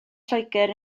lloegr